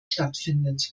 stattfindet